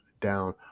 down